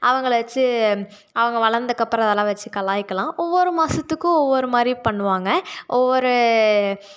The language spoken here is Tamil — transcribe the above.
அவங்களை வச்சி அவங்க வளர்ந்தக்கப்பறம் அதெல்லாம் வச்சி கலாய்க்கிலாம் ஒவ்வொரு மாதத்துக்கும் ஒவ்வொரு மாதிரி பண்ணுவாங்க ஒவ்வொரு